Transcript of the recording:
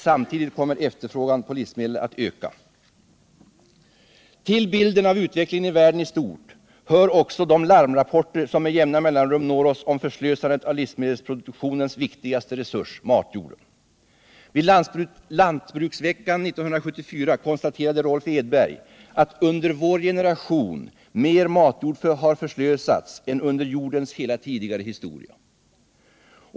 Samtidigt kommer efterfrågan på livsmedel att öka. Till bilden av utvecklingen i världen i stort hör också de larmrapporter, som med jämna mellanrum når oss om förslösandet av livsmedelsproduktionens viktigaste resurs — matjorden. Vid lantbruksveckan 1974 konstaterade Rolf Edberg, att under vår generation mer matjord har förslösats än under jordens hela tidigare historia.